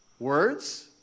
Words